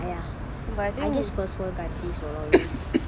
!aiya! I guess first world countries will always